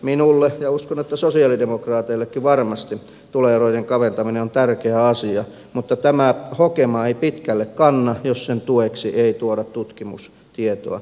minulle ja uskon että sosialidemokraateillekin varmasti tuloerojen kaventaminen on tärkeä asia mutta tämä hokema ei pitkälle kanna jos sen tueksi ei tuoda tutkimustietoa